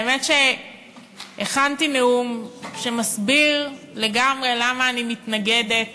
האמת היא שהכנתי נאום שמסביר לגמרי למה אני מתנגדת